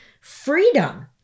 freedom